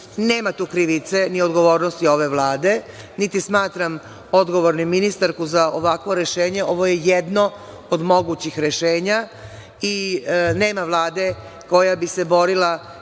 Nema tu krivice ni odgovornosti ove Vlade, niti smatram odgovornom ministarku za ovakvo rešenje, ovo je jedno od mogućih rešenja. Nema vlade koja bi se borila